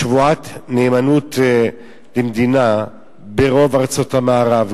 שבועת נאמנות למדינה ברוב ארצות המערב,